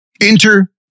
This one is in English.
Enter